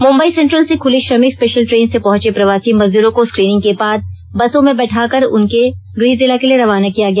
Mumbai central से खुली श्रमिक स्पेशल ट्रेन से पहंचे प्रवासी मजदूरो को स्क्रीनिंग के बाद बसों में बैठाकर उन्हें उनके गृह जिला के लिए रवाना किया गया